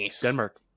Denmark